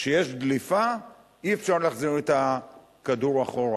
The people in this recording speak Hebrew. כשיש דליפה אי-אפשר להחזיר את הכדור אחורה.